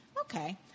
Okay